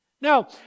Now